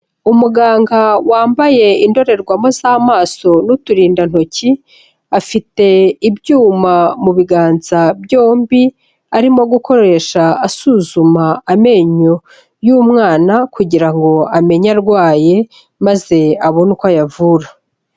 Umuganga wambaye indorerwamo z'amaso n'uturindantoki, afite ibyuma mu biganza byombi arimo gukoresha asuzuma amenyo y'umwana kugira ngo amenye arwaye maze abone uko ayavura.